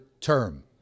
term